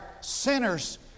sinners